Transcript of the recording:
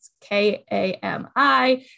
K-A-M-I